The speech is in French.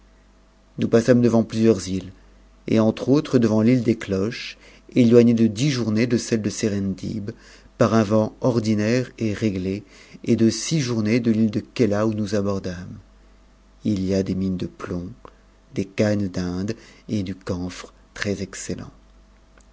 nous passâmes devant plusieurs îles et entre autres devant file des cloches éloignée de dix journées de celle deserendib par un vent ordinaire et réglé et de six journées de l'île de ke a où nous abordâmes il y a des mines de plomb des cannes d'inde et du camphre